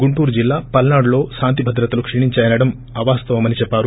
గుంటూరు జిల్లా పల్పాడులో శాంతిభద్రతలు క్షీణిందాయనడం అవాస్తవమని అన్నారు